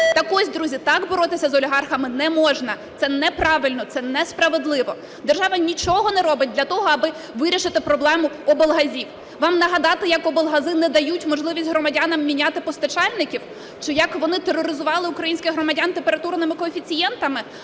Так ось, друзі, так боротися з олігархами не можна – це неправильно, це несправедливо. Держава нічого не робить для того аби вирішити проблему облгазів. Вам нагадати, як облгази не дають можливість громадянам міняти постачальників? Чи, як вони тероризували українських громадян температурними коефіцієнтами?